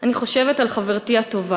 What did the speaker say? אני חושבת על חברתי הטובה